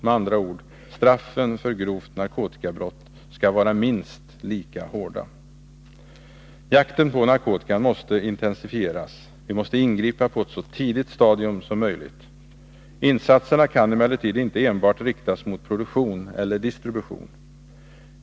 Med andra ord: Straffen för grovt narkotikabrott skall vara minst lika hårda som för miljöbrott. Jakten på narkotikan måste intensifieras. Vi måste ingripa på ett så tidigt stadium som möjligt. Insatserna kan emellertid inte enbart riktas mot produktion eller distribution.